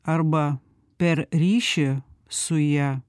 arba per ryšį su ja